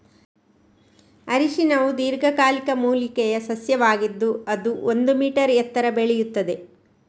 ಅರಿಶಿನವು ದೀರ್ಘಕಾಲಿಕ ಮೂಲಿಕೆಯ ಸಸ್ಯವಾಗಿದ್ದು ಅದು ಒಂದು ಮೀ ಎತ್ತರ ಬೆಳೆಯುತ್ತದೆ